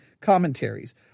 commentaries